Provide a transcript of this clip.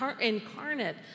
incarnate